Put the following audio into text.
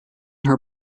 her